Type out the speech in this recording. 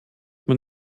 man